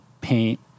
paint